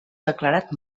declarat